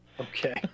okay